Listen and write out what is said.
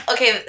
Okay